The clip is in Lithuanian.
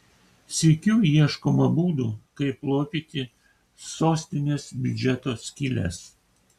sykiu ieškoma būdų kaip lopyti sostinės biudžeto skyles